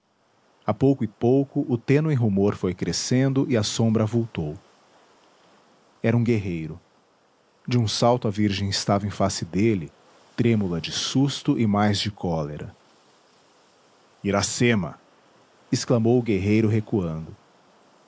a pouco e pouco o tênue rumor foi crescendo e a sombra avultou era um guerreiro de um salto a virgem estava em face dele trêmula de susto e mais de cólera iracema exclamou o guerreiro recuando